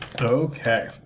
Okay